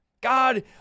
God